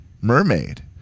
Mermaid